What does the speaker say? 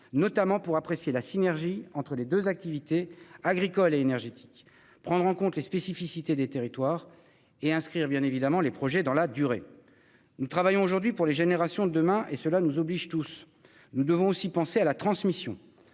notamment pour apprécier la synergie entre les deux activités- agricole et énergétique -, prendre en compte les spécificités des territoires et inscrire les projets dans la durée. Nous travaillons aujourd'hui pour les générations de demain ; cela nous oblige tous. Nous devons donc aussi penser à la transmission.